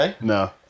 No